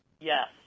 Yes